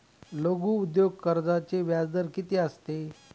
लघु उद्योग कर्जाचे व्याजदर किती असते?